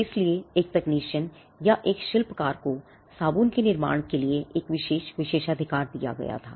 इसलिए एक तकनीशियन या एक शिल्पकार को साबुन के निर्माण के लिए एक विशेष विशेषाधिकार दिया गया था